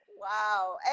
Wow